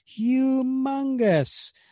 humongous